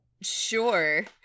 sure